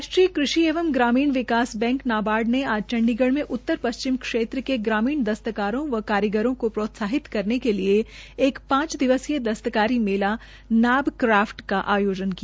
राष्ट्रीय कृषि एवं ग्रामीण विकास बैंक नाबाई ने आज चंडीगढ़ में उत्तर पश्चिम क्षेत्र के ग्रामीण दस्तकारेां व कारीगरों को प्रोत्साहित करने के लिए एक पांच दिवसीय दस्त्कारी मेला नेब केफ का आयोजन किया